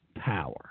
power